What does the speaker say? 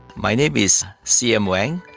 my name is cm wang,